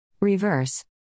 Reverse